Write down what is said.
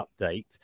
update